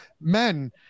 men